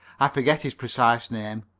i forget his precise name,